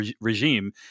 regime